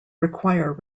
require